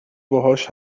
باهاش